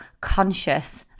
conscious